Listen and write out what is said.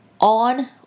on